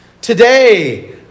Today